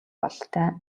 бололтой